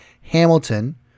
Hamilton